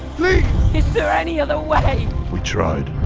please is there any other way? we tried.